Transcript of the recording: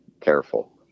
careful